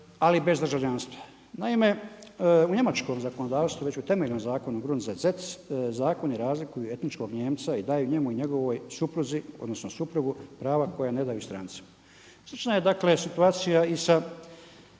ali bez državljanstva. Naime u njemačkom zakonodavstvu već u temeljnom zakonu …/Govornik se ne razumije./… zakoni razlikuju etičkog Nijemca i daju njemu i njegovoj supruzi, odnosno suprugu prava koja ne daju strancima. Slična je dakle situacija i sa